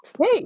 Hey